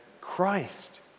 Christ